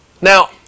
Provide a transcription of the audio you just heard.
now